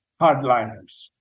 hardliners